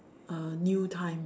a new time